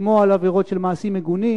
כמו על עבירות של מעשים מגונים.